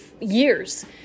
years